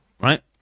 Right